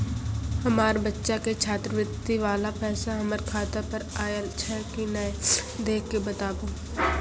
हमार बच्चा के छात्रवृत्ति वाला पैसा हमर खाता पर आयल छै कि नैय देख के बताबू?